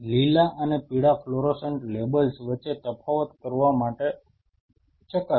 લીલા અને પીળા ફ્લોરોસન્ટ લેબલ્સ વચ્ચે તફાવત કરવા માટે ચકાસણી